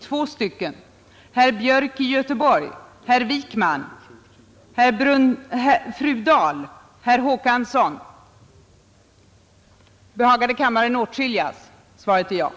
hetsberäkningen beträffande Fryksdalsbanan pröva den utredning som nyligen publicerats i Teknisk Tidskrift?